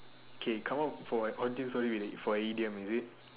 okay come up for an sorry for an idiom is it